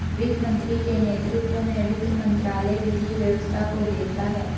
वित्त मंत्री के नेतृत्व में वित्त मंत्रालय विधि व्यवस्था को देखता है